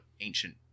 ancient